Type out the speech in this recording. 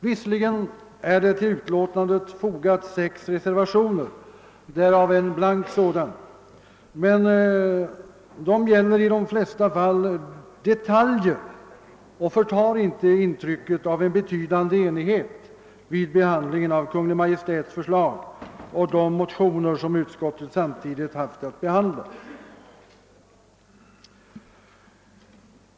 Visserligen är till utlåtandet sex reservationer fogade — därav en blank — men dessa gäller i de flesta fall detaljer och förtar inte intrycket av en betydande enighet vid behandlingen av Kungl. Maj:ts förslag och de motioner som utskottet samtidigt haft att behandla.